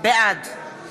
בעד